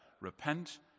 Repent